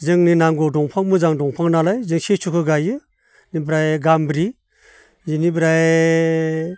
जोंनि नांगौ दंफां मोजां दंफां नालाय जों सिसुबो गायो बेनिफ्राय गामब्रि बेनिफ्राय